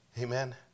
Amen